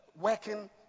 working